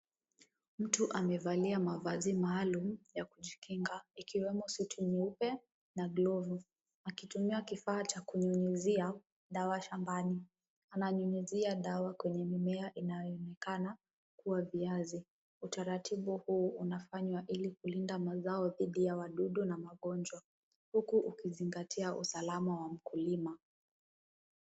Mtu amevalia mavazi maalum ya kijikinga ikiwemo suti nyeupe na glovu, akitumia kifaa cha kunyunyizia dawa shambani ananyunyizia dawa kwenye mimea inayochulikana kuwa viazi. Utaratibu huu unafanywa ili kulinda mazao dhidi ya wadudu na magonjwa huku ukizingatia usalama wa mkulima.